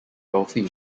wealthy